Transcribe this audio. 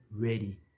ready